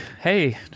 hey